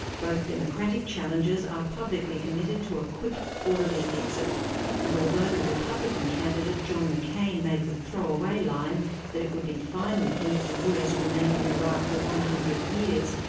both democratic challengers are publicly committed to a quick, orderly exit and although the republican candidate, john mccain, made the throwaway line that it would be fine with him if the us remained in iraq for one hundred years,